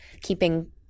keeping